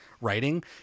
writing